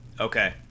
Okay